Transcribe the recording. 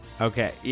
Okay